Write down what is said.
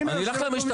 אני אלך למשטרה.